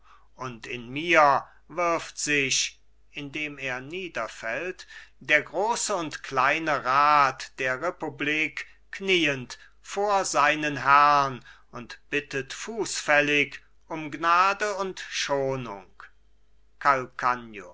und in mir wirft sich indem er niederfällt der große und kleine rat der republik kniend vor seinen herrn und bittet fußfällig um gnade und schonung